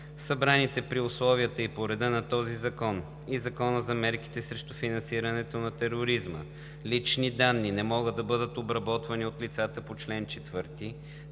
„Събраните при условията и по реда на този закон и Закона за мерките срещу финансирането на тероризма лични данни не могат да бъдат обработвани от лицата по чл. 4,